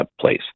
place